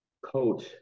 coach